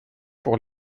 pour